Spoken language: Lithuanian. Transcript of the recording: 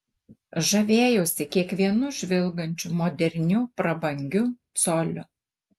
žavėjausi kiekvienu žvilgančiu moderniu prabangiu coliu